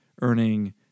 earning